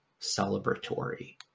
celebratory